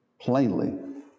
plainly